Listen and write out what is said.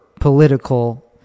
political